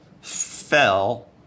fell